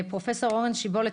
פרופ' אורן שבולת,